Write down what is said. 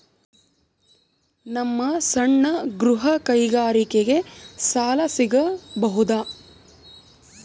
ನಮ್ಮ ಸಣ್ಣ ಗೃಹ ಕೈಗಾರಿಕೆಗೆ ಸಾಲ ಸಿಗಬಹುದಾ?